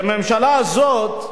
בממשלה הזאת,